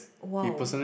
wow